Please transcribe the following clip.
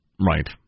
Right